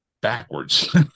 backwards